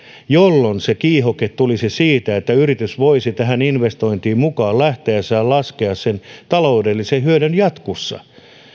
jolloin se kiihoke tulisi siitä että yritys voisi tähän investointiin mukaan lähtiessään laskea sen taloudellisen hyödyn jatkossa